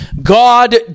God